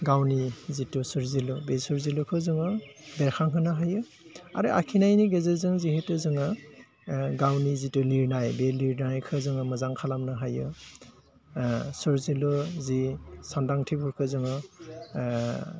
गावनि जिथु सोरजिलु बे सोरजिलुखौ जोङो बेरखां होनो हायो आरो आखिनायनि गेजेरजों जिहेथु जोङो गावनि जिथु लिरनाय बे लिरनायखौ जोङो मोजां खालामनो हायो सोरजिलु जि सानदांथिफोरखौ जोङो